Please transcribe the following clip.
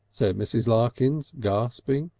said mrs. larkins, gasping.